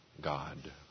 God